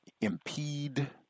impede